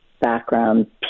background